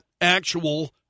actual